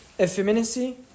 effeminacy